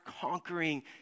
conquering